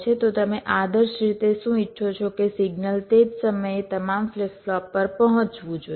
તો તમે આદર્શ રીતે શું ઇચ્છો છો કે સિગ્નલ તે જ સમયે તમામ ફ્લિપ ફ્લોપ પર પહોંચવું જોઈએ